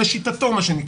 לשיטתו, מה שנקרא.